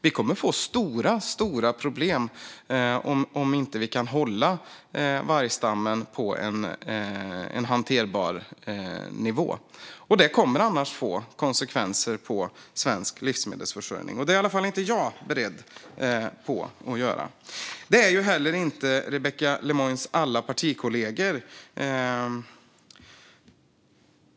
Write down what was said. Vi kommer att få stora problem om vi inte kan hålla vargstammen på en hanterbar nivå. Det kommer annars att få konsekvenser för svensk livsmedelsförsörjning, och det är inte jag beredd att ställa upp på.